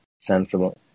sensible